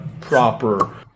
proper